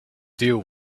deal